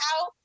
out